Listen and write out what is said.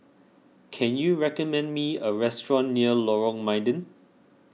can you recommend me a restaurant near Lorong Mydin